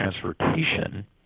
transportation